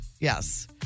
yes